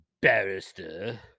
barrister